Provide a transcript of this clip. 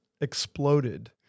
exploded